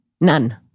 None